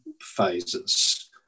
phases